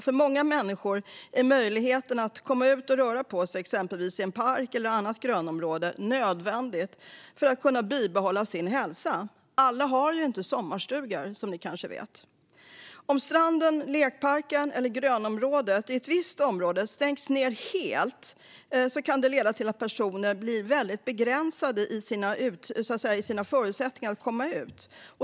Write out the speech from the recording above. För många människor är möjligheten att komma ut och röra på sig, i exempelvis en park eller ett annat grönområde, nödvändig för att de ska kunna bibehålla sin hälsa. Alla har inte sommarstugor, som ni kanske vet. Om stranden, lekparken eller grönområdet i ett visst område helt stängs kan det leda till att personer blir väldigt begränsade i sina förutsättningar att komma ut.